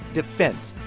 defense,